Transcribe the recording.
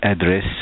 address